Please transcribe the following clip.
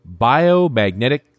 Biomagnetic